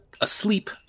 asleep